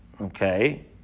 okay